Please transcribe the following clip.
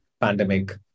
pandemic